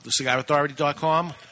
thecigarauthority.com